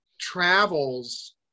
travels